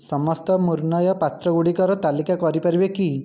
ସମସ୍ତ ମୃଣ୍ମୟ ପାତ୍ର ଗୁଡ଼ିକର ତାଲିକା କରିପାରିବେ କି